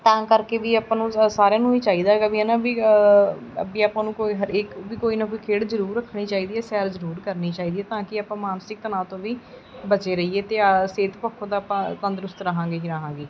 ਤਾਂ ਕਰਕੇ ਵੀ ਆਪਾਂ ਨੂੰ ਸਾਰਿਆਂ ਨੂੰ ਹੀ ਚਾਹੀਦਾ ਹੈਗਾ ਵੀ ਹੈ ਨਾ ਵੀ ਵੀ ਆਪਾਂ ਨੂੰ ਕੋਈ ਹਰੇਕ ਵੀ ਕੋਈ ਨਾ ਕੋਈ ਖੇਡ ਜ਼ਰੂਰ ਰੱਖਣੀ ਚਾਹੀਦੀ ਹੈ ਸੈਰ ਜ਼ਰੂਰ ਕਰਨੀ ਚਾਹੀਦੀ ਹੈ ਤਾਂ ਕਿ ਆਪਾਂ ਮਾਨਸਿਕ ਤਣਾਅ ਤੋਂ ਵੀ ਬਚੇ ਰਹੀਏ ਅਤੇ ਅ ਸਿਹਤ ਪੱਖੋਂ ਤਾਂ ਆਪਾਂ ਤੰਦਰੁਸਤ ਰਹਾਂਗੇ ਹੀ ਰਹਾਂਗੇ